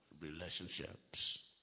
relationships